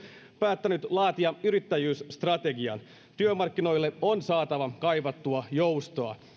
päättänyt laatia yrittäjyysstrategian työmarkkinoille on saatava kaivattua joustoa